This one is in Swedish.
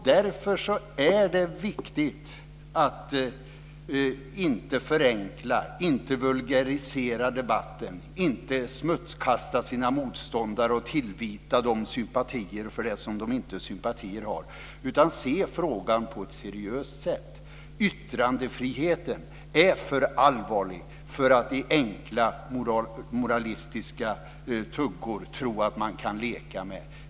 Därför är det viktigt att inte förenkla, inte vulgarisera debatten och inte smutskasta sina motståndare och tillvita dem sympatier som de inte har. Man måste se frågan på ett seriöst sätt. Yttrandefriheten är för allvarlig för att man ska tro att man kan leka med den i enkla moralistiska tuggor.